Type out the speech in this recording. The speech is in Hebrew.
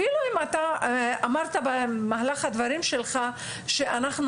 אפילו אם אמרת במהלך הדברים שלך שאנחנו